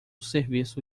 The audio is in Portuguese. serviço